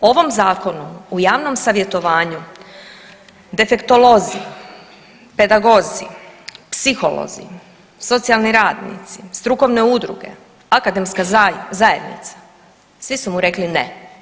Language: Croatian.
O ovom zakonu u javnom savjetovanju defektolozi, pedagozi, psiholozi, socijalni radnici, strukovne udruge, akademska zajednica, svi su mu rekli ne.